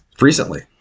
recently